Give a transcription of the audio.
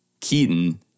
Keaton